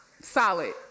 solid